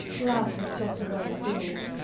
love the sovereign good,